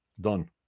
Done